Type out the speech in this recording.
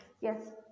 Yes